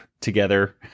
together